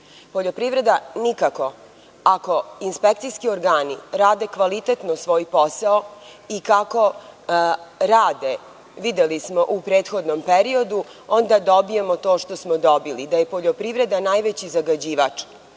Poljoprivreda nikako. Ako inspekcijski organi rade kvalitetno svoj posao i kako rade, videli smo u prethodnom periodu, onda dobijemo to što smo dobili, da je poljoprivreda najveći